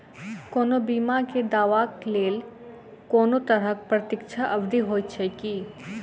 कोनो बीमा केँ दावाक लेल कोनों तरहक प्रतीक्षा अवधि होइत छैक की?